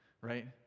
right